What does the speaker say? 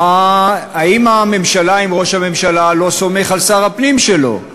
האם ראש הממשלה לא סומך על שר הפנים שלו?